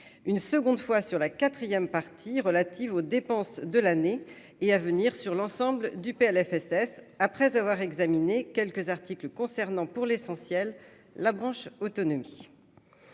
une seconde fois sur la quatrième partie relative aux dépenses de l'année et à venir sur l'ensemble du PLFSS après avoir examiné quelques articles concernant pour l'essentiel, la branche autonomie,